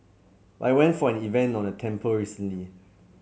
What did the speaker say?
but I went for an event at a temple recently